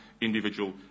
individual